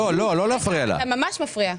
אתה ממש מפריע.